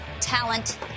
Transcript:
talent